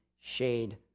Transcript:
shade